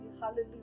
hallelujah